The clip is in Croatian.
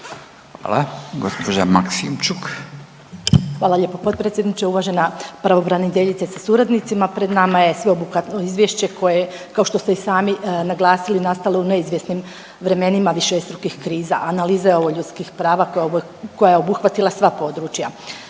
Ljubica (HDZ)** Hvala lijepo potpredsjedniče. Uvažena pravobraniteljice sa suradnicima, pred nama je sveobuhvatno izvješće koje kao što ste i sami naglasili nastalo u neizvjesnim vremenima višestrukih kriza. Analiza je ovo ljudskih prava koja je obuhvatila sva područja.